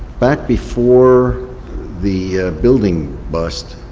back before the building bust,